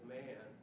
man